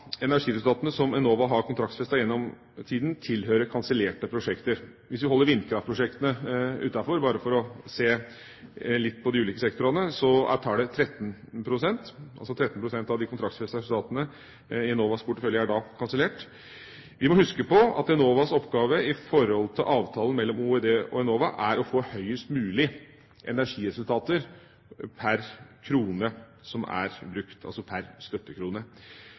energiresultatene som Enova har kontraktsfestet gjennom tida, tilhører kansellerte prosjekter. Hvis vi holder vindkraftprosjektene utenfor – bare for å se litt på de ulike sektorene – er tallet 13 pst., altså 13 pst. av de kontraktsfestede resultatene i Enovas portefølje er da kansellert. Vi må huske på at Enovas oppgave i avtalen mellom Olje- og energidepartementet og Enova er å få høyest mulig energiresultater per krone som er brukt, altså per støttekrone.